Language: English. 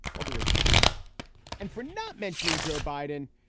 all due respect and for not mentioning joe biden,